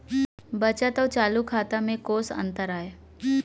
बचत अऊ चालू खाता में कोस अंतर आय?